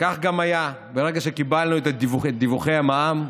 וכך גם היה: ברגע שקיבלנו את דיווחי המע"מ,